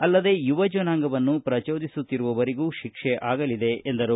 ಅಲ್ಲದೆ ಯುವ ಜನಾಂಗವನ್ನು ಪ್ರಜೋದಿಸುತ್ತಿರುವರಿಗೂ ಶಿಕ್ಷೆ ಆಗಲಿದೆ ಎಂದರು